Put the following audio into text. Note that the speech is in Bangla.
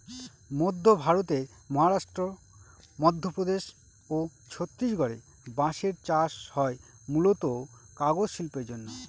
মধ্য ভারতের মহারাষ্ট্র, মধ্যপ্রদেশ ও ছত্তিশগড়ে বাঁশের চাষ হয় মূলতঃ কাগজ শিল্পের জন্যে